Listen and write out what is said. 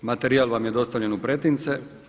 Materijal vam je dostavljen u pretince.